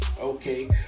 okay